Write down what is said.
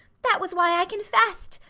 that was why i confessed.